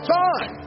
time